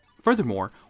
Furthermore